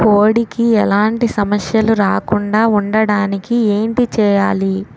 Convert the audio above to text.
కోడి కి ఎలాంటి సమస్యలు రాకుండ ఉండడానికి ఏంటి చెయాలి?